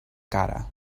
cara